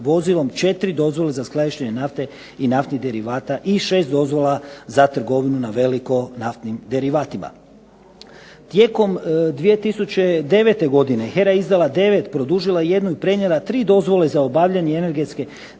vozilom, 4 dozvole za skladištenje nafte i naftnih derivata i šest dozvola za trgovinu na veliku naftnim derivatima. Tijekom 2009. godine HERA je izdala 9, produžila jednu, i prenijela tri dozvole za obavljanje energetske